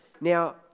Now